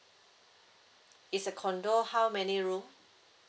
it's a condo how many room